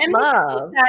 love